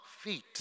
feet